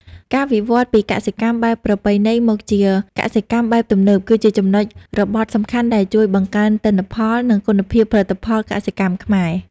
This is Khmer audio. ការវិវត្តន៍ពីកសិកម្មបែបប្រពៃណីមកជាកសិកម្មបែបទំនើប គឺជាចំណុចរបត់សំខាន់ដែលជួយបង្កើនទិន្នផល និងគុណភាពផលិតផលកសិកម្មខ្មែរ។